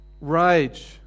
Rage